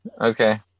okay